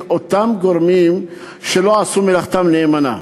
אותם גורמים שלא עשו מלאכתם נאמנה?